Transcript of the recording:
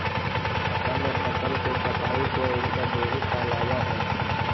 असम में फसल के कटाई के उत्सव बीहू कहलावऽ हइ